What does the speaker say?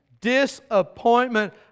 Disappointment